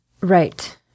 Right